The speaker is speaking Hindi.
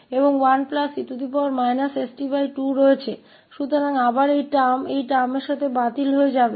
तो इस अवधि के साथ फिर से यह अवधि रद्द हो जाएगी